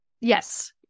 Yes